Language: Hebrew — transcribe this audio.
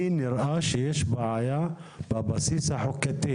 לי נראה שיש בעיה בבסיס החוקי